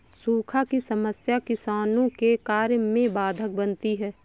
सूखा की समस्या किसानों के कार्य में बाधक बनती है